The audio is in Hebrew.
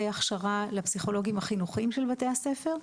הכשרה לפסיכולוגים החינוכיים של בתי הספר,